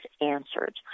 answered